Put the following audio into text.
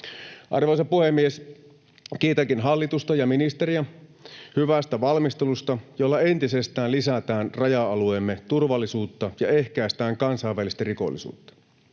Arvoisa puhemies! Kiitänkin hallitusta ja ministeriä hyvästä valmistelusta, joilla entisestään lisätään raja-alueemme turvallisuutta ja ehkäistään kansainvälistä rikollisuutta.